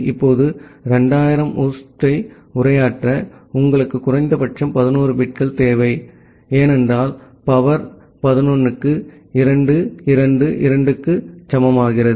இப்போது 2000 ஹோஸ்ட்டை உரையாற்ற உங்களுக்கு குறைந்தபட்சம் 11 பிட்கள் தேவை ஏனென்றால் சக்தி 11 க்கு 2 2 2 க்கு சமமாகிறது